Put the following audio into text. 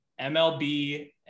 MLB